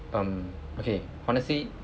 um okay honestly